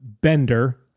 bender